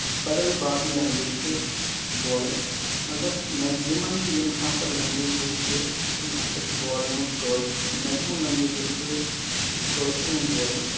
بدل باقٕے لینگویج تہِ بولان مَگر میکزِمم یِم ہسا لینگویج ییٚتہِ چھِ تِم ہسا چھِ بولنہٕ یِوان کاش میکزِمم لینگویج یۄس چھِ کٲشُر یِوان بولنہٕ